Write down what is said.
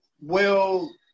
well-